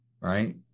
right